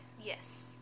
Yes